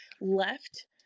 left